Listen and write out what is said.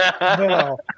No